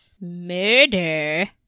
murder